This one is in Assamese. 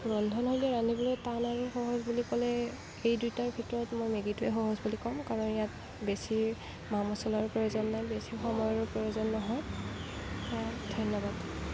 ৰন্ধনশৈলী ৰান্ধিবলৈ টান আৰু সহজ বুলি ক'লে এই দুইটাৰ ভিতৰত মই মেগীটোৱেই সহজ বুলি ক'ম কাৰণ ইয়াত বেছি মা মচলাৰ প্ৰয়োজন নাই বেছি সময়ৰো প্ৰয়োজন নহয় ধন্যবাদ